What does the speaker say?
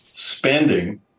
Spending